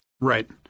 Right